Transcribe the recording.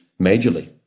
majorly